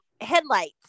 headlights